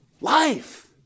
Life